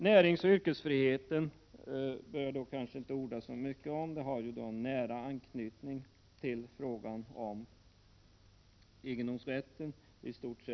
Näringsoch yrkesfriheten behöver jag kanske inte orda så mycket om. Den har nära anknytning till frågan om egendomsrätten. Det rör sig i stort — Prot.